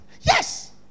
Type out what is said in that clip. Yes